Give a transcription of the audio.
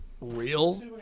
real